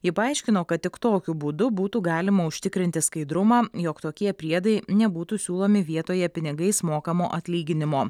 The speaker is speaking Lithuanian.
ji paaiškino kad tik tokiu būdu būtų galima užtikrinti skaidrumą jog tokie priedai nebūtų siūlomi vietoje pinigais mokamo atlyginimo